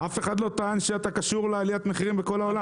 אף אחד לא טען שאתה קשור לעליית המחירים בכל העולם.